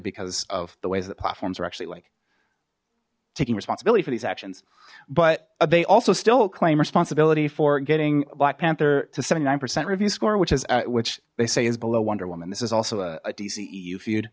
because of the ways that platforms were actually like taking responsibility for these actions but they also still claimed responsibility for getting black panther to seventy nine percent review score which is at which they say is below wonderwoman this is also a